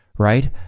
Right